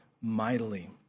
mightily